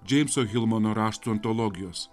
džeimso hilmano raštų antologijos